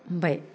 मोनबाय